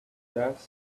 gasped